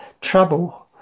trouble